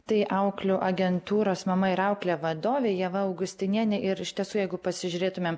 tai auklių agentūros mama ir auklė vadovė ieva augustinienė ir iš tiesų jeigu pasižiūrėtumėm